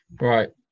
Right